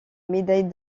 médaille